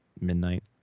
midnight